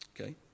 Okay